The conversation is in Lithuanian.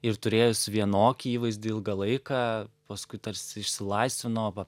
ir turėjus vienokį įvaizdį ilgą laiką paskui tarsi išsilaisvino va